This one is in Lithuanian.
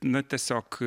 na tiesiog